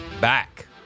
back